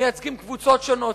מייצגים קבוצות שונות,